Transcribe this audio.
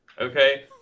Okay